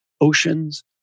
oceans